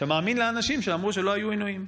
שמאמין לאנשים שאמרו שלא היו עינויים.